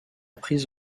prise